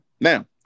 Now